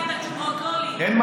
את כל הזמן רוצה לצעוק.